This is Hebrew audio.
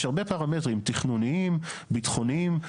יש הרבה פרמטרים תכנוניים, ביטחוניים.